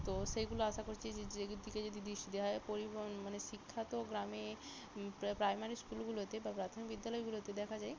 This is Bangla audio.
তো সেইগুলো আশা করছি যে যেদিকে যদি দৃষ্টি দেওয়া হয় পরিবহন মানে শিক্ষা তো গ্রামে প্রাইমারি স্কুলগুলোতে বা প্রাথমিক বিদ্যালয়গুলোতে দেখা যায়